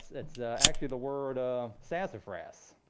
it's actually the word sassafras.